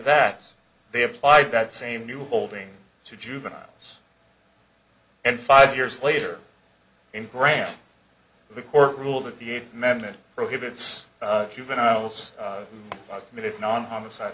that they applied that same new holding to juveniles and five years later in graham the court ruled that the eighth amendment prohibits juveniles committed non homicide